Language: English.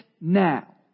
now